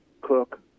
cook